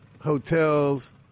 hotels